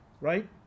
right